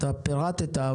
אתה פירטת,